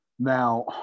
Now